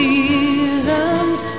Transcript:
seasons